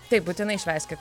taip būtinai švęskit